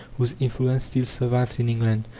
whose influence still survives in england.